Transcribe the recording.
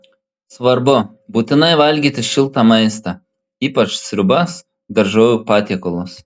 svarbu būtinai valgyti šiltą maistą ypač sriubas daržovių patiekalus